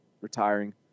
retiring